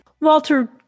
Walter